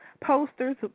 posters